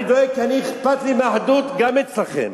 אני דואג, כי אכפת לי מהאחדות גם אצלכם.